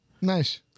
Nice